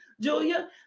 julia